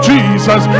Jesus